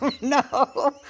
No